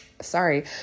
Sorry